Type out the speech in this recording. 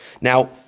Now